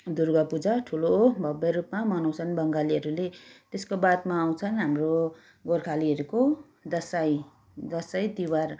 दुर्गापूजा ठुलो भव्यरूपमा मनाउँछन् बङ्गालीहरूले त्यसको बादमा आउँछन् हाम्रो गोर्खालीहरूको दसैँ दसैँ तिहार